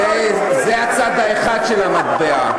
זה הצד האחד של המטבע.